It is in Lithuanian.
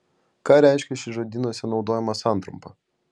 ką reiškia ši žodynuose naudojama santrumpa